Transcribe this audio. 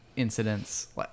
incidents